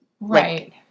right